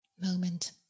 Moment